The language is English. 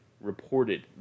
reported